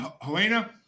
Helena